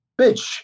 Bitch